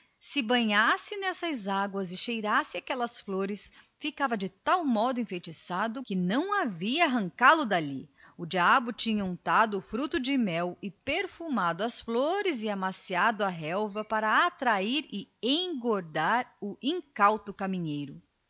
se banhasse nessas águas e cheirasse aquelas flores ficava por tal modo enfeitiçado que não havia meio de arrancá-lo dali porque o diabo tinha untado o fruto de mel e perfumado as flores e amaciado a relva para engodar o caminheiro